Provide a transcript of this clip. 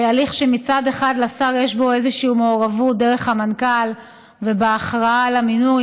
הליך שמצד אחד לשר יש בו איזו מעורבות דרך המנכ"ל ובהכרעה על המינוי,